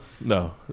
No